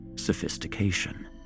sophistication